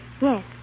Yes